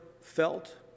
felt